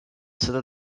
seda